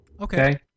Okay